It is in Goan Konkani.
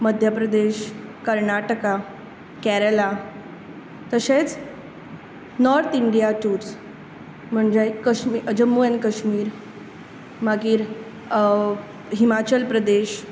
मध्यप्रदेश क र्नाटका केरळा तशेंच नोर्थ इंडिया टुर्स म्हणजे काश्मीर जम्मू ऍंड काश्मीर मागीर हिमाचल प्रदेश